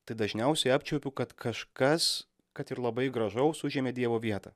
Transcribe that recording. tai dažniausiai apčiuopiu kad kažkas kad ir labai gražaus užėmė dievo vietą